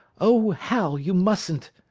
oh, hal, you mustn't,